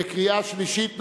בקריאה שלישית.